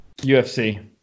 UFC